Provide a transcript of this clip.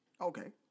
Okay